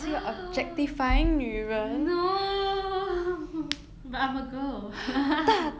no but I'm a girl